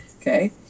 okay